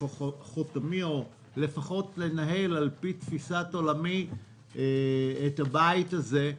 חותמי או לפחות לנהל על פי תפיסת עולמי את הבית הזה.